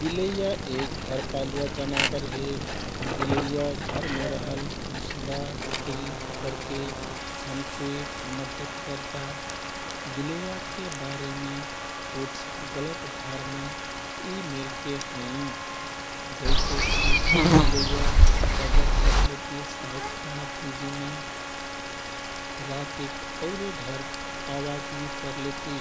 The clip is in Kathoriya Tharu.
बिलैया एक घरपालुवा जनावर हे। बिलैया घरमे रहल मुस्बा, डुकरी पकरके हमके मद्दत करता। बिलैयाके बारेमे कुछ गलत धारणा यी मेलके हैँ। जैसेकि बिलैया डगर कटलेति साइत खराब हुइजिना, रातिक औरेढर आवाज निकरलेति